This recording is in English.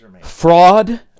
fraud